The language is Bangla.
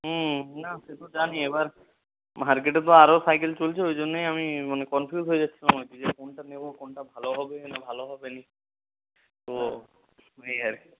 হুম না সে তো জানি এবার মার্কেটে তো আরও সাইকেল চলছে ওই জন্যই আমি মনে কনফিউজ হয়ে যাচ্ছিলাম আর কি যে কোনটা নেবো কোনটা ভালো হবে না ভালো হবে না তো এই আর কি